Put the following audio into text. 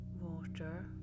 Water